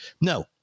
No